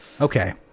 Okay